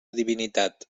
divinitat